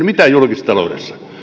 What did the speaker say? mitään julkisessa taloudessa